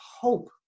hope